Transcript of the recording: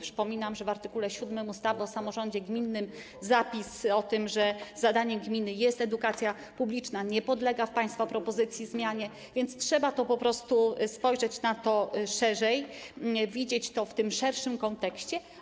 Przypominam, że w art. 7 ustawy o samorządzie gminnym zapis dotyczący tego, że zadaniem gminy jest edukacja publiczna, nie podlega w państwa propozycji zmianie, więc trzeba po prostu spojrzeć na to szerzej, widzieć to w tym szerszym kontekście.